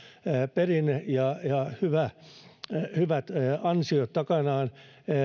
perinne ja ja hyvät ansiot takanaan